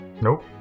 Nope